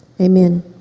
Amen